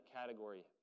category